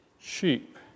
Sheep